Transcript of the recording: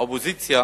האופוזיציה